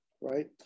right